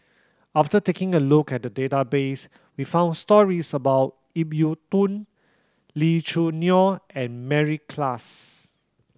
after taking a look at the database we found stories about Ip Yiu Tung Lee Choo Neo and Mary Klass